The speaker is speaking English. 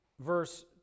verse